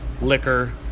liquor